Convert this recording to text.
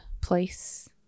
place